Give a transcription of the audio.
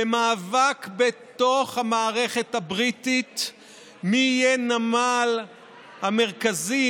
זה המאבק בתוך המערכת הבריטית מי יהיה הנמל המרכזי,